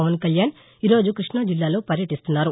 పవన్ కల్యాణ్ ఈరోజు కృష్ణం జిల్లాలో పర్యటీస్తున్నారు